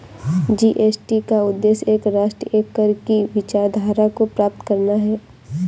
GST का उद्देश्य एक राष्ट्र, एक कर की विचारधारा को प्राप्त करना है